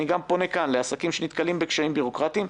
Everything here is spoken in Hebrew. אני גם פונה לעסקים שנתקלים בקשיים בירוקרטיים,